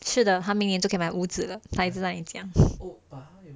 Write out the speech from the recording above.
是的明年就可以买屋子了她一直在讲